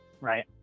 right